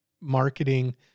marketing